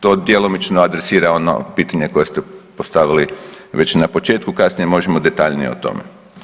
To djelomično adresira ono pitanje koje ste postavili već na početku, kasnije možemo detaljnije o tome.